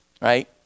Right